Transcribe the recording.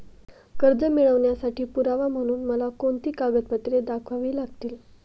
कर्ज मिळवण्यासाठी पुरावा म्हणून मला कोणती कागदपत्रे दाखवावी लागतील?